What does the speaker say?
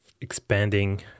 expanding